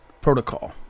protocol